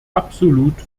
absolut